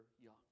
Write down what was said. young